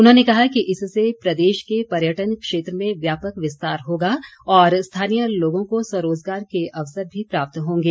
उन्होंने कहा कि इससे प्रदेश के पर्यटन क्षेत्र में व्यापक विस्तार होगा और स्थानीय लोगों को स्वरोजगार के अवसर भी प्राप्त होंगे